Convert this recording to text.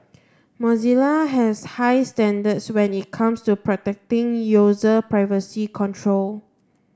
Mozilla has high standards when it comes to protecting user privacy control